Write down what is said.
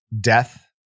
death